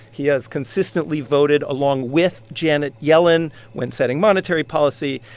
he has consistently voted along with janet yellen when setting monetary policy.